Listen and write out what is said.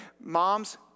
moms